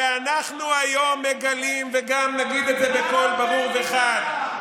ואנחנו היום מגלים, וגם נגיד את זה בקול ברור וחד,